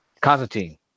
Constantine